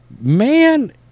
man